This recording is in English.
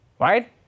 right